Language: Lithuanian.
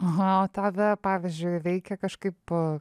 o tave pavyzdžiui veikė kažkaip